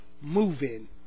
moving